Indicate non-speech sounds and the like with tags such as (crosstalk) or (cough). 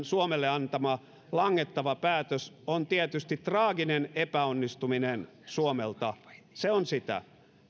(unintelligible) suomelle antama langettava päätös on tietysti traaginen epäonnistuminen suomelta se on sitä